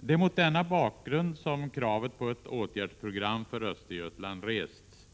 Det är mot denna bakgrund som kravet på ett åtgärdsprogram för Östergötland rests.